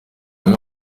amwe